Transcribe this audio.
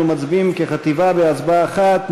אנחנו מצביעים כחטיבה בהצבעה אחת.